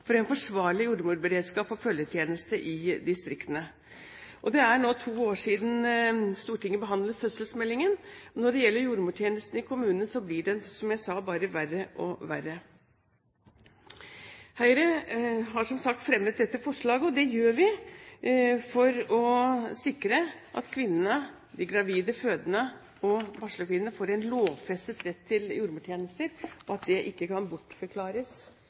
for en forsvarlig jordmorberedskap og følgetjeneste i distriktene. Det er nå to år siden Stortinget behandlet fødselsmeldingen. Når det gjelder jordmortjenesten i kommunene, blir det, som jeg sa, bare verre og verre. Høyre har som sagt fremmet dette forslaget, og det gjør vi for å sikre at kvinnene – de gravide, fødende og barselkvinnene – får en lovfestet rett til jordmortjenester, og at det ikke kan bortforklares